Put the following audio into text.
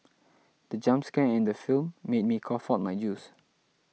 the jump scare in the film made me cough out my juice